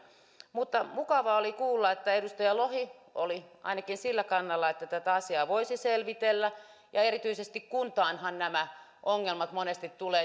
mutta mukavaa oli kuulla että ainakin edustaja lohi oli sillä kannalla että tätä asiaa voisi selvitellä ja erityisesti kuntaanhan nämä ongelmat monesti tulevat